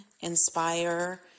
inspire